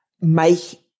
make